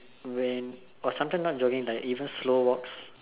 when or sometimes not jogging even slow walks